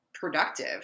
productive